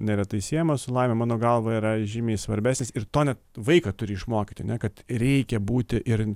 neretai siejamas su laime mano galva yra žymiai svarbesnis ir to ne vaiką turi išmokyti ne kad reikia būti irn